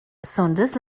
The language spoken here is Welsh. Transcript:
saunders